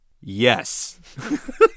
yes